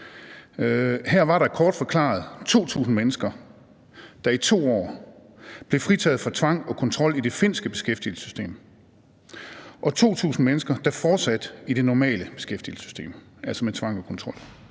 Her var der kort forklaret 2.000 mennesker, der i 2 år blev fritaget for tvang og kontrol i det finske beskæftigelsessystem, og 2.000 mennesker, der fortsatte i det normale beskæftigelsessystem, altså med tvang og kontrol.